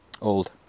Old